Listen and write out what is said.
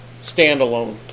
standalone